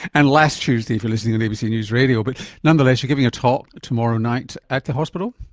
and last tuesday if you're listening on abc news radio, but nonetheless you're giving a talk tomorrow night at the hospital?